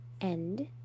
end